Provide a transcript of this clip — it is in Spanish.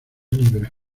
libres